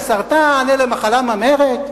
אלה סרטן, אלה מחלה ממארת.